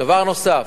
דבר נוסף.